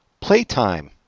Playtime